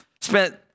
spent